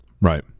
Right